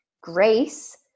Grace